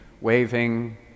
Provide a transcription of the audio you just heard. waving